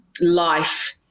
life